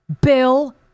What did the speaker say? Bill